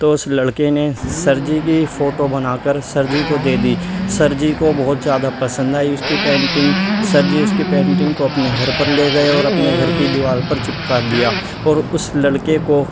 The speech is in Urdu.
تو اس لڑکے نے سر جی کی فوٹو بنا کر سر جی کو دے دی سر جی کو بہت زیادہ پسند آئی اس کی پینٹنگ سر جی اس کی پینٹنگ کو اپنے گھر پر لے گئے اور اپنے گھر کی دیوار پر چپکا دیا اور اس لڑکے کو